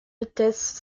hôtesse